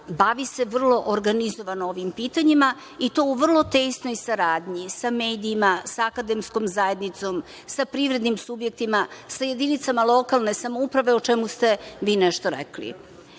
bavi se vrlo organizovano ovim pitanjima i to u vrlo tesnoj saradnji sa medijima, sa akademskom zajednicom, sa privrednim subjektima, sa jedinicama lokalnih samouprava, o čemu ste vi nešto rekli. Primer